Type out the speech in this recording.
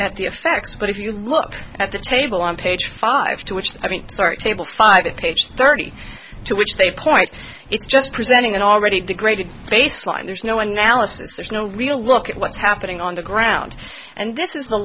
at the effects but if you look at the table on page five to which i mean sorry table five at page thirty two which they point it's just presenting an already degraded baseline there's no analysis there's no real look at what's happening on the ground and this is the